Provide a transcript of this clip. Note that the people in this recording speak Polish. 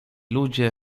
ludzie